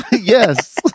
Yes